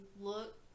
look